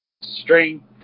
strength